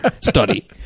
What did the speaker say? Study